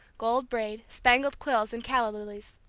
gold braid, spangled quills, and calla lilies.